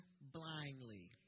blindly